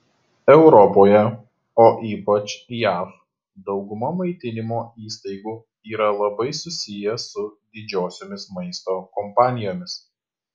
europoje o ypač jav dauguma maitinimo įstaigų yra labai susiję su didžiosiomis maisto kompanijomis